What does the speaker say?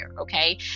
okay